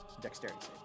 dexterity